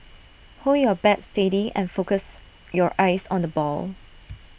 hold your bat steady and focus your eyes on the ball